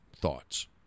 thoughts